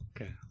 Okay